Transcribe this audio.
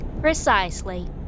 Precisely